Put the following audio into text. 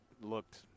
looked